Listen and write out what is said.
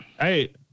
Hey